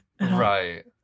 Right